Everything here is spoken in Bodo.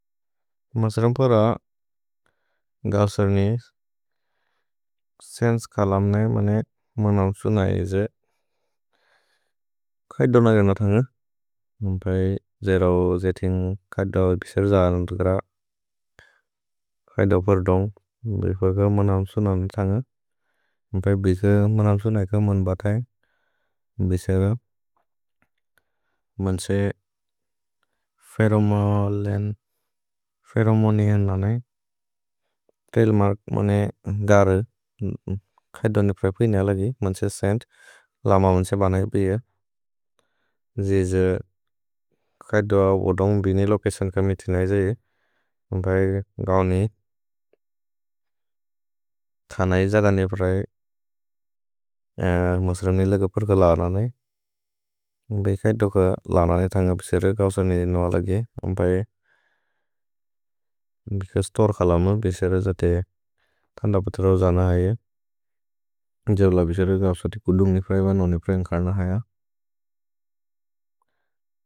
मसरम्प र गौसर्निस् सेन्स् कलम्ने मनेक् मनम्सुन इजे कुऐदोन रेनतन्ग। म्पए जेरव् जेतिन् कुऐदव बिसेर जानन्त्र, कुऐदव पर्दोन्ग् बिफक मनम्सुन रेन्तन्ग। म्पए बिसेर मनम्सुन इक मन्बतै। भिसेर मन्से फेरोमोनेअन् लनै। तेल्मर्क् मने गर कुऐदोन प्रेप्रि नेलगि। मन्से सेन्त् लम मन्से बनै बिअ। जिज् कुऐदव ओदोन्ग् बिनि लोकेसन् क मिति नै जे। म्पए गौनि थनै जदने प्रए। म्पए मसरम्पने लगपर्क लनने। भेकैदोक लनने थन्ग बिसेर गौसर्नि इनोअलगे। म्पए बिक स्तोर् कलम्ने बिसेर जते थन्द पत्र होजन है। जब् लबिसेर गौसर्नि कुदुन्ग निप्रएव न निप्रएव निकनन है।